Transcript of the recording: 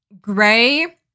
gray